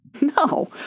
No